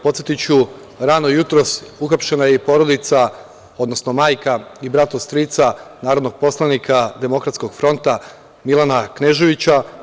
Podsetiću, rano jutros uhapšena je i porodica, odnosno majka i brat od strica narodnog poslanika Demokratskog fronta, Milana Kneževića.